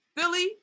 Philly